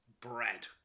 bread